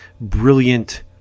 brilliant